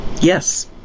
Yes